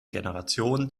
generation